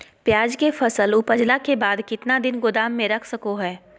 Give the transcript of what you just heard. प्याज के फसल उपजला के बाद कितना दिन गोदाम में रख सको हय?